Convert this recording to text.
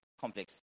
complex